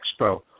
Expo